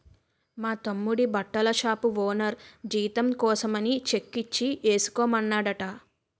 మా తమ్ముడి బట్టల షాపు ఓనరు జీతం కోసమని చెక్కిచ్చి ఏసుకోమన్నాడట